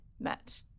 met